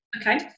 okay